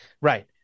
Right